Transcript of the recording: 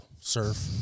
surf